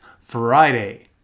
Friday